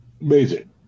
Amazing